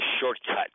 shortcut